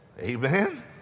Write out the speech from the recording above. Amen